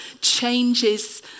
changes